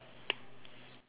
it's at the centre